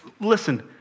listen